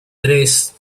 tres